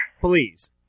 please